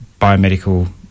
biomedical